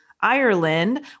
Ireland